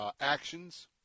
actions